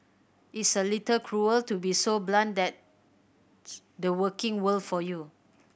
it's a little cruel to be so blunt that's the working world for you